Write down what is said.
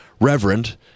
Reverend